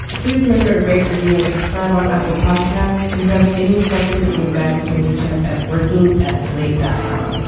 please remember to rate review and subscribe on apple podcast. and if you have any questions or feedback you can reach us at working at slate dot